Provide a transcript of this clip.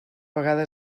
vegada